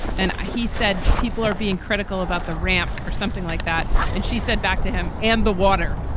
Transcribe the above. and he said, people are being critical about the ramp or something like that. and she said, back to him and the water